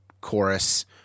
chorus